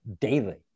daily